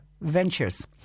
ventures